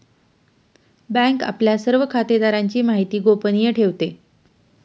bank आपल्या सर्व खातेदारांची माहिती गोपनीय ठेवते